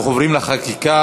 אנחנו עוברים לחקיקה.